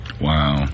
Wow